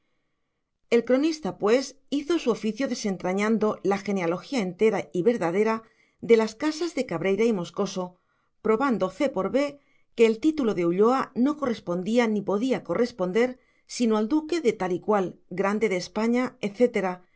el cronista pues hizo su oficio desentrañando la genealogía entera y verdadera de las casas de cabreira y moscoso probando ce por be que el título de ulloa no correspondía ni podía corresponder sino al duque de tal y cual grande de españa